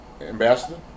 Ambassador